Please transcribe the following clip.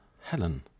Helen